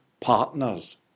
partners